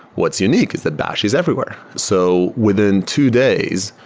what's unique is that bash is everywhere. so within two days,